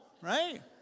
right